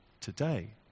today